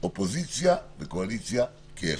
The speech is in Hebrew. אופוזיציה וקואליציה כאחד.